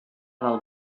del